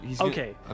Okay